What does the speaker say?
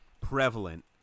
prevalent